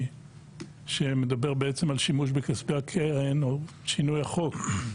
שמדבר על שימוש בכספי הקרן או שינוי החוק.